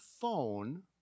phone